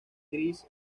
gris